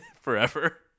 Forever